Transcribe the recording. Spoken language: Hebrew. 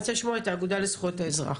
אני רוצה לשמוע את האגודה לזכויות האזרח.